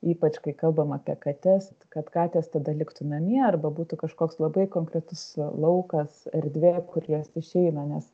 ypač kai kalbam apie kates kad katės tada liktų namie arba būtų kažkoks labai konkretus laukas erdvė kur jos išeina nes